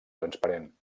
transparent